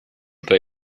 oder